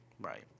Right